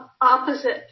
opposite